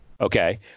Okay